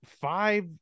five